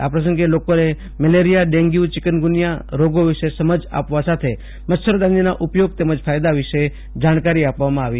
આ પ્રસંગે લોકોને મેલેરિયા ડેન્ગ્યુ ચિકનગુનિયા રોગો વિશે સમજ આપવા સાથે મચ્છરદાનીના ઉપયોગ તેમજ ફાયદા વિશે જાણકારી આપવામાં આવી હતી